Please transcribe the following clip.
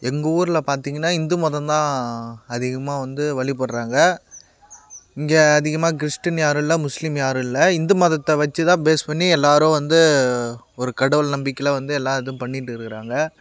எங்கள் ஊரில் பார்த்திங்கனா இந்து மதம் தான் அதிகமாக வந்து வழிபடுறாங்க இங்கே அதிகமாக கிறிஸ்டின் யாரும் இல்லை முஸ்லிம் யாரும் இல்லை இந்து மதத்தை வச்சுதான் பேஸ் பண்ணி தான் எல்லோரும் வந்து ஒரு கடவுள் நம்பிக்கையில் வந்து எல்லா இதுவும் பண்ணிகிட்டு இருக்காங்க